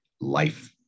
life